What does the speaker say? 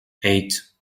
eight